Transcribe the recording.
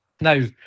Now